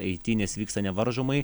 eitynės vyksta nevaržomai